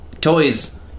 Toys